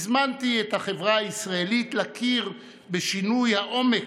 הזמנתי את החברה הישראלית להכיר בשינוי העומק,